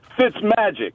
Fitzmagic